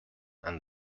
and